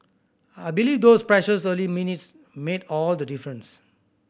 I believe those precious early minutes made all the difference